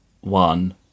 one